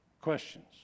questions